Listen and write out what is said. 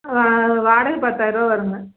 வாடகை பத்தாயிரருவா வருங்க